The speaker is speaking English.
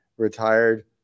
retired